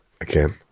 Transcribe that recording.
again